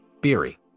Beery